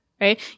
right